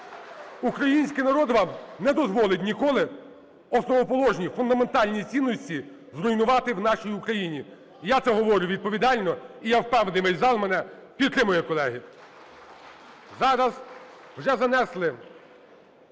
Український народ вам не дозволить ніколи основоположні, фундаментальні цінності зруйнувати в нашій Україні. Я це говорю відповідально. І я впевнений, весь зал мене підтримує, колеги.